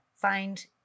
find